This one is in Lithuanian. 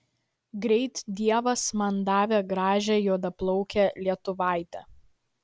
greit dievas man davė gražią juodaplaukę lietuvaitę